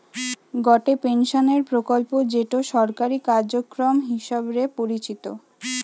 গটে পেনশনের প্রকল্প যেটো সরকারি কার্যক্রম হিসবরে পরিচিত